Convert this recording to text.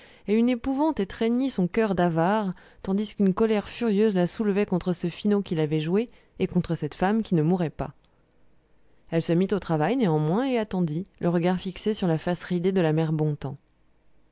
et une épouvante étreignit son coeur d'avare tandis qu'une colère furieuse la soulevait contre ce finaud qui l'avait jouée et contre cette femme qui ne mourait pas elle se mit au travail néanmoins et attendit le regard fixé sur la face ridée de la mère bontemps